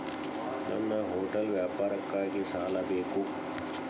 ನನ್ನ ಹೋಟೆಲ್ ವ್ಯಾಪಾರಕ್ಕಾಗಿ ಸಾಲ ಬೇಕು